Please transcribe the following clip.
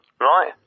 right